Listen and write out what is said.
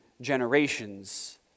generations